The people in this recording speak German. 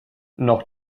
noch